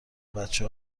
بچه